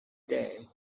day